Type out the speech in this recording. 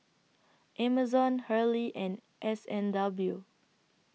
Amazon Hurley and S and W